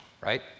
right